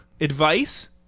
advice